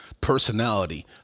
personality